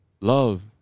love